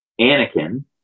Anakin